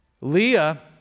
Leah